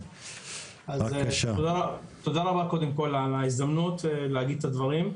תודה רבה קודם כל על ההזדמנות להגיד את הדברים.